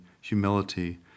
humility